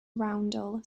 roundel